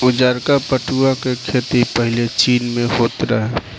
उजारका पटुआ के खेती पाहिले चीन में होत रहे